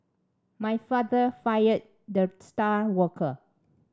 my father fired the star worker